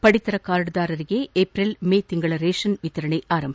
ಪಡಿತರ ಕಾರ್ಡ್ದಾರರಿಗೆ April May ತಿಂಗಳ ರೇಷನ್ ವಿತರಣೆ ಆರಂಭ